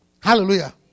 Hallelujah